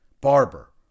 Barber